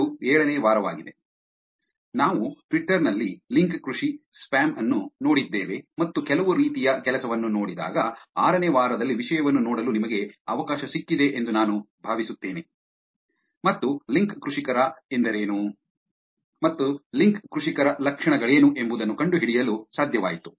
ಇದು ಏಳನೇ ವಾರವಾಗಿದೆ ನಾವು ಟ್ವಿಟರ್ ನಲ್ಲಿ ಲಿಂಕ್ ಕೃಷಿ ಸ್ಪ್ಯಾಮ್ ಅನ್ನು ನೋಡಿದ್ದೇವೆ ಮತ್ತು ಕೆಲವು ರೀತಿಯ ಕೆಲಸವನ್ನು ನೋಡಿದಾಗ ಆರನೇ ವಾರದಲ್ಲಿ ವಿಷಯವನ್ನು ನೋಡಲು ನಿಮಗೆ ಅವಕಾಶ ಸಿಕ್ಕಿದೆ ಎಂದು ನಾನು ಭಾವಿಸುತ್ತೇನೆ ಮತ್ತು ಲಿಂಕ್ ಕೃಷಿಕರ ಎಂದರೇನು ಮತ್ತು ಲಿಂಕ್ ಕೃಷಿಕರ ಲಕ್ಷಣಗಳೇನು ಎಂಬುದನ್ನು ಕಂಡುಹಿಡಿಯಲು ಸಾಧ್ಯವಾಯಿತು